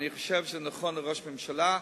אני חושב שזה נכון לראש הממשלה.